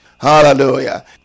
Hallelujah